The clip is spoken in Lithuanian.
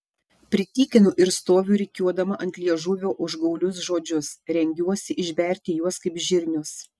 pritykinu ir stoviu rikiuodama ant liežuvio užgaulius žodžius rengiuosi išberti juos kaip žirnius